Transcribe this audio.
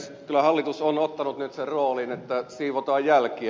kyllä hallitus on ottanut nyt sen roolin että siivotaan jälkiä